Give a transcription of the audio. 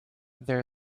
there